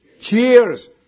Cheers